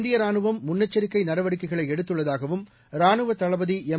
இந்திய ராணுவம் முன்னெச்சரிக்கை நடவடிக்கைகளை எடுத்துள்ளதாகவும் ராணுவ தளபதி எம்